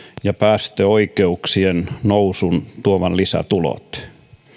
ja päästöoikeuksien nousun tuomat lisätulot